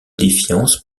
défiance